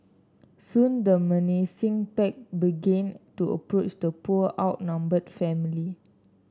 soon the menacing pack began to approach the poor outnumbered family